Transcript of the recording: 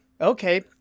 Okay